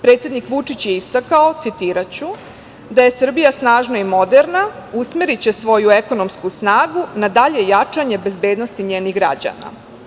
Predsednik Vučić je istakao, citiraću – da je Srbija snažna i moderna, usmeriće svoju ekonomsku snagu na dalje jačanje bezbednosti njenih građana.